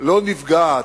לא נפגעת,